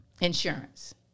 insurance